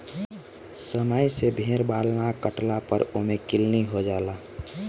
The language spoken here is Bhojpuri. समय से भेड़ बाल ना काटला पर ओमे किलनी हो जाला